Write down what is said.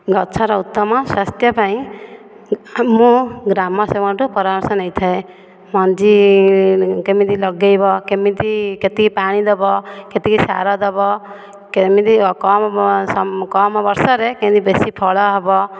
ଗଛର ଉତ୍ତମ ସ୍ୱାସ୍ଥ୍ୟ ପାଇଁ ଆମ ଗ୍ରାମ ସେବକଙ୍କଠୁ ପରାମର୍ଶ ନେଇଥାଏ ମଞ୍ଜି କେମିତି ଲଗାଇବ କେମିତି କେତିକି ପାଣି ଦେବ କେତିକି ସାର ଦେବ କେମିତି କମ୍ କମ୍ ବର୍ଷାରେ କେମିତି ବେଶୀ ଫଳ ହେବ